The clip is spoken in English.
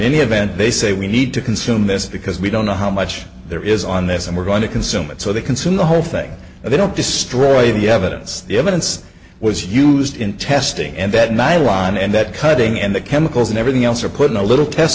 any event they say we need to consume this because we don't know how much there is on this and we're going to consume it so they consume the whole thing and they don't destroy the evidence the evidence was used in testing and that nylon and that cutting and the chemicals and everything else are put in a little test